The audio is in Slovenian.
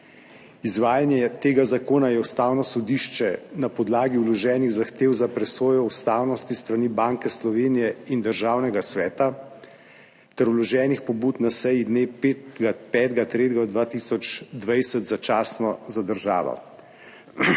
Izvajanje tega zakona je Ustavno sodišče na podlagi vloženih zahtev za presojo ustavnosti s strani Banke Slovenije in Državnega sveta ter vloženih pobud na seji dne 5. 3. 2020 začasno zadržalo.